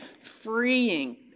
freeing